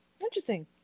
Interesting